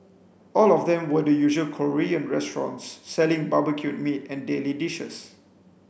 all of them were the usual Korean restaurants selling barbecued meat and daily dishes